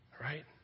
Right